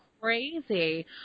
crazy